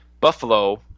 Buffalo